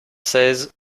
seize